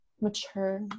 mature